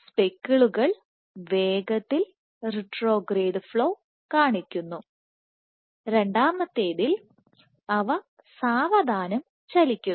സ്പെക്കിളുകൾ വേഗത്തിൽ retrograde flow കാണിക്കുന്നു രണ്ടാമത്തേതിൽ അവ സാവധാനം ചലിക്കുന്നു